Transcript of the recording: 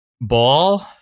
Ball